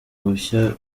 bushya